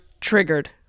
triggered